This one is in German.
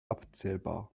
abzählbar